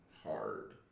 hard